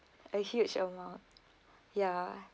a huge amount ya